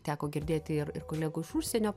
teko girdėti ir ir kolegų iš užsienio